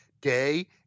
day